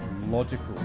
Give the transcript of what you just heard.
logical